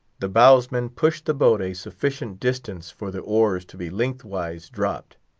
the bowsmen pushed the boat a sufficient distance for the oars to be lengthwise dropped.